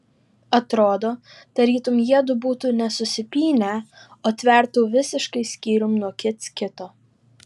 atrodo tarytum jiedu būtų ne susipynę o tvertų visiškai skyrium nuo kits kito